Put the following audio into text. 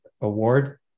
Award